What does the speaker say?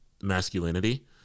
masculinity